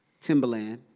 Timberland